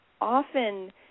often